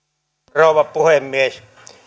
rouva puhemies